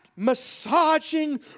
massaging